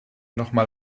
nochmal